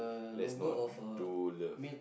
let's not do love